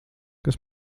kas